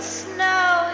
snow